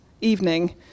evening